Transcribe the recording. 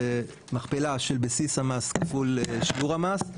זה מכפלה של בסיס המס כפול שיעור המס.